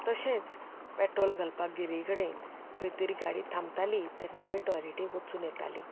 तशेंच पॅट्रोल घालपा गेली कडेन खंयतरी गाडी थांबताली तेन्ना आमी टॉयलेटीक वचून येतालीं